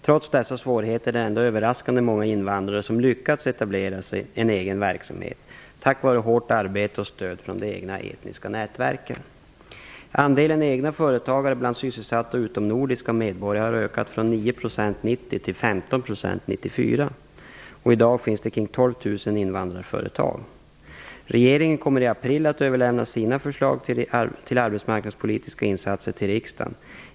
Trots dessa svårigheter är det överraskande många invandrare som lyckats etablera en egen verksamhet tack vare hårt arbete och stöd från de egna etniska nätverken. Andelen egna företagare bland sysselsatta utomnordiska medborgare har ökat från 9 % 1990 till 15 % 1994. I dag finns det kring 12 000 invandrarföretag. Regeringen kommer i april att överlämna sina förslag till arbetsmarknadspolitiska insatser till riksdagen.